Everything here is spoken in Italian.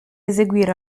eseguire